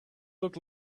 looked